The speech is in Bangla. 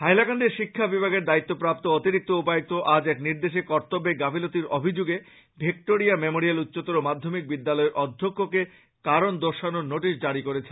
হাইলাকান্দির শিক্ষা বিভাগের দায়িত্বপ্রাপ্ত অতিরিক্ত উপায়ুক্ত আজ এক নির্দেশে কর্তেব্যে গাফিলতির অভিযোগে ভিক্টোরিয়া মেমোরিয়াল উচ্চতর মাধ্যমিক বিদ্যালয়ের অধ্যক্ষকে কারন দর্শানোর নোটিশ জারী করেছেন